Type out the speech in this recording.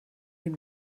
den